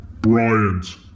Bryant